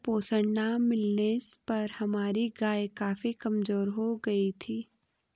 सही पोषण ना मिलने पर हमारी गाय काफी कमजोर हो गयी थी